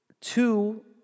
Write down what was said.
two